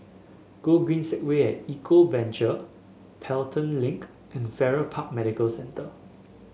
Gogreen Segway at Eco Adventure Pelton Link and Farrer Park Medical Centre